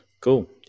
Cool